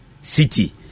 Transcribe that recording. City